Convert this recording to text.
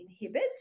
inhibit